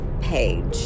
page